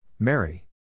Mary